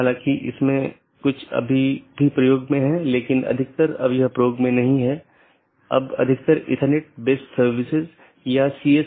एक यह है कि कितने डोमेन को कूदने की आवश्यकता है